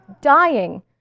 dying